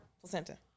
placenta